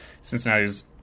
Cincinnati's